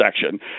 section